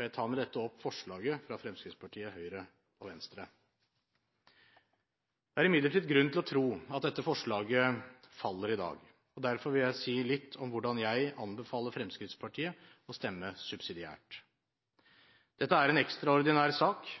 Jeg tar med dette opp forslaget fra Fremskrittspartiet, Høyre og Venstre. Det er imidlertid grunn til å tro at dette forslaget faller i dag. Derfor vil jeg si litt om hvordan jeg anbefaler Fremskrittspartiet å stemme subsidiært. Dette er en ekstraordinær sak,